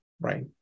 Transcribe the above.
Right